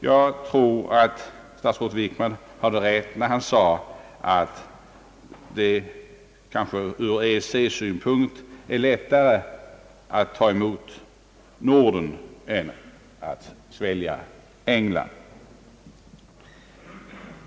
Jag tror att statsrådet Wickman hade rätt när han sade, att det kanske ur EEC-synpunkt är lättare att ta emot Norden än att svälja England.